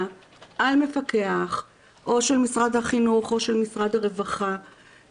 על מפקח או של משרד החינוך או של משרד הרווחה,